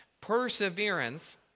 perseverance